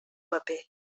paper